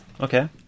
Okay